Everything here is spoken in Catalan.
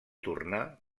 tornar